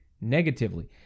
negatively